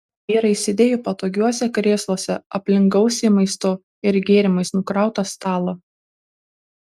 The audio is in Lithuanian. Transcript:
vyrai sėdėjo patogiuose krėsluose aplink gausiai maistu ir gėrimais nukrautą stalą